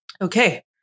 Okay